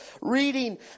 reading